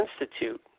Institute